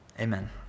Amen